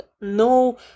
no